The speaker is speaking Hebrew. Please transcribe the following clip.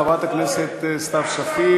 חברת הכנסת סתיו שפיר.